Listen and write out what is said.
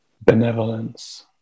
benevolence